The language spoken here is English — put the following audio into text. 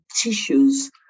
tissues